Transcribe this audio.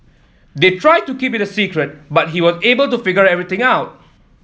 they tried to keep it a secret but he was able to figure everything out